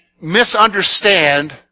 misunderstand